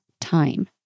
time